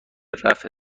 رفع